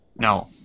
No